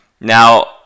Now